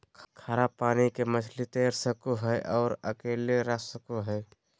खारा पानी के मछली तैर सको हइ और अकेले रह सको हइ